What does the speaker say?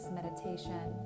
meditation